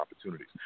opportunities